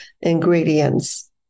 ingredients